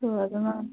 so அதுதான்